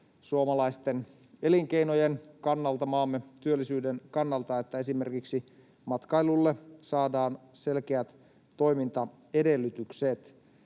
suomalaisten elinkeinojen kannalta, maamme työllisyyden kannalta, että esimerkiksi matkailulle saadaan selkeät toimintaedellytykset.